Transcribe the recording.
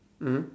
mm